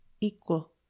equal